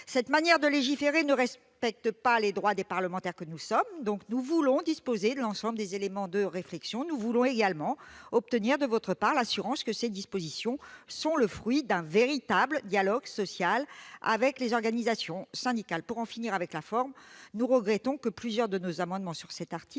Cette façon de légiférer ne respecte pas les droits des parlementaires que nous sommes. Nous voulons pouvoir disposer de l'ensemble des éléments nécessaires à la réflexion. Nous voulons également obtenir de votre part l'assurance que ces dispositions sont le fruit d'un véritable dialogue social avec les organisations syndicales. Pour en finir avec la forme, nous regrettons que plusieurs de nos amendements à cet article